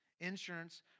Insurance